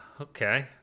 okay